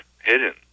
hidden